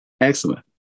excellent